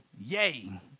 yay